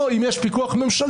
או אם יש פיקוח ממשלתי,